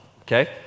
Okay